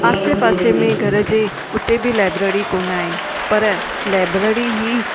आसे पासे में घरु जे उते बि लाइब्रेरी कोन आहे पर लाइब्रेरी ई